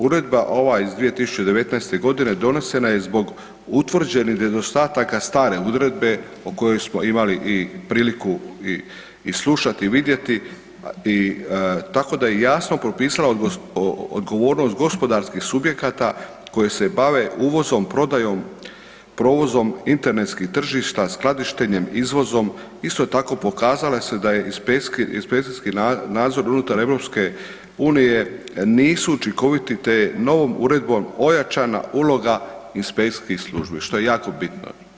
Uredba ova iz 2019. g. donesena je zbog utvrđenih nedostatka stare uredbe o kojoj smo imali i priliku i slušati i vidjeti, tako da je jasno propisalo odgovornost gospodarskih subjekata koje se bave uvozom, prodajom, provozom internetskih tržišta, skladištenje, izvozom, isto tako pokazala se da je inspekcijski nadzor unutar EU-a nisu učinkoviti te novom uredbom ojačana uloga inspekcijskih službi, što je jako bitno.